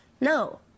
No